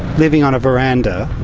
living on a veranda,